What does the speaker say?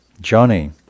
Johnny